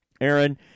Aaron